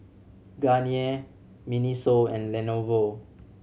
Garnier MINISO and Lenovo